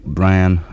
Brian